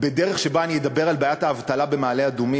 בדרך שבה אני אדבר על בעיית האבטלה במעלה-אדומים,